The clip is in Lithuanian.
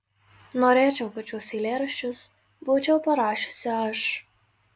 norėčiau kad šiuos eilėraščius būčiau parašiusi aš